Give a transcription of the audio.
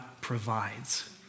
provides